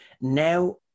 now